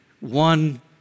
one